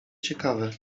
ciekawe